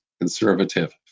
conservative